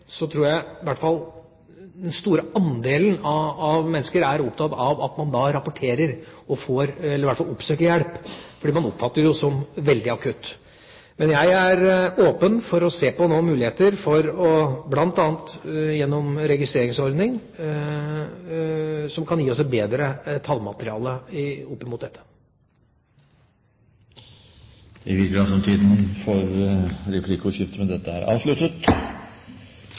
man rapporterer og får hjelp – eller i hvert fall oppsøker hjelp, fordi man oppfatter dette som veldig akutt. Jeg er åpen for å se på muligheter bl.a. gjennom en registreringsordning som kan gi oss et bedre tallmateriale opp imot dette. Replikkordskiftet er avsluttet. Flere har ikke bedt om ordet til sak nr. 5. Utgangspunktet for denne interpellasjonen er